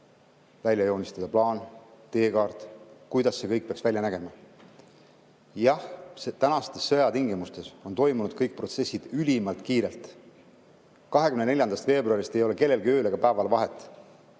joonistada plaan, teekaart, kuidas see kõik peaks välja nägema. Jah, tänastes sõjatingimustes on kõik protsessid toimunud ülimalt kiirelt. 24. veebruarist ei ole kellelgi olnud ööl ja päeval vahet.